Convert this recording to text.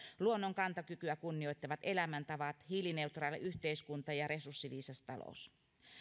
luonnon kantokykyä kunnioittavat elämäntavat hiilineutraali yhteiskunta ja resurssiviisas talous